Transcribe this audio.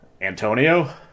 Antonio